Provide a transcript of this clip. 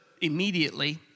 immediately